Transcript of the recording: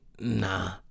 nah